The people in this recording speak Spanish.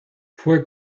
fue